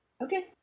Okay